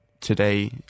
today